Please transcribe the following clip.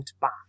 back